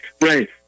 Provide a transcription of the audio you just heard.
right